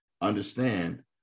understand